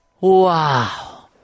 wow